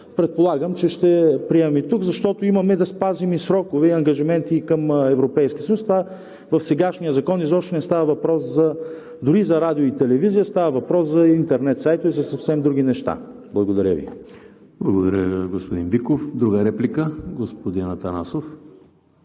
предполагам, че ще приемем тук, защото имаме да спазим и срокове, и ангажименти към Европейския съюз. В сегашния закон – изобщо не става въпрос дори за радио и телевизия, а за интернет сайтове и за съвсем други неща. Благодаря Ви. ПРЕДСЕДАТЕЛ ЕМИЛ ХРИСТОВ: Благодаря, господин Биков. Друга реплика? Господин Атанасов.